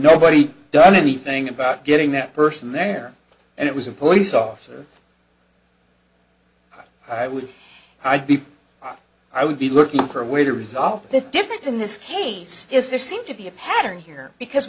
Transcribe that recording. nobody done anything about getting that person there and it was a police officer i would i be i would be looking for a way to resolve the difference in this case is there seem to be a pattern here because